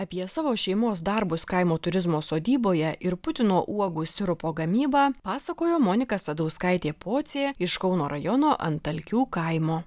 apie savo šeimos darbus kaimo turizmo sodyboje ir putino uogų sirupo gamybą pasakojo monika sadauskaitė pocė iš kauno rajono antalkių kaimo